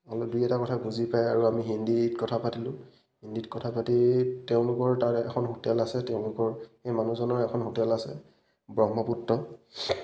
অলপ দুই এটা কথা বুজি পায় আৰু আমি হিন্দীত কথা পাতিলোঁ হিন্দীত কথা পাতি তেওঁলোকৰ তাত এখন হোটেল আছে তেওঁলোকৰ সেই মানুহজনৰ এখন হোটেল আছে ব্ৰহ্মপুত্ৰ